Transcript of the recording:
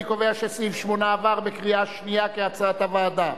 אני קובע שסעיף 8 עבר בקריאה שנייה, כהצעת הוועדה.